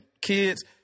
kids